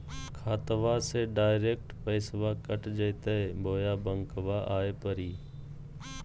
खाताबा से डायरेक्ट पैसबा कट जयते बोया बंकबा आए परी?